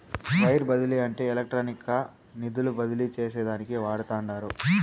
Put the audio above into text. wire బదిలీ అంటే ఎలక్ట్రానిక్గా నిధులు బదిలీ చేసేదానికి వాడతండారు